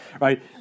right